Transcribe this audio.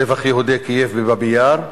טבח יהודי קייב בבאבי יאר,